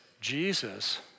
Jesus